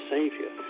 Savior